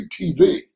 TV